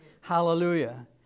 Hallelujah